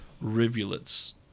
rivulets